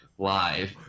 live